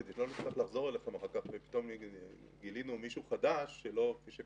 כדי לא לחזור אליכם אחר כך אם גילינו מישהו חדש שפספסנו.